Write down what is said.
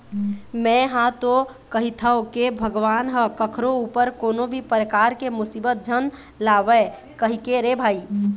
में हा तो कहिथव के भगवान ह कखरो ऊपर कोनो भी परकार के मुसीबत झन लावय कहिके रे भई